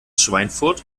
schweinfurt